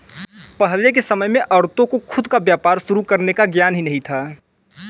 पहले के समय में औरतों को खुद का व्यापार शुरू करने का ज्ञान ही नहीं था